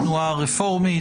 התנועה הרפורמית.